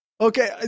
Okay